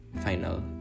final